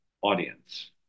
audience